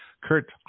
Kurt